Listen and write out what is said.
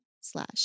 slash